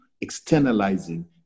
externalizing